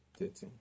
13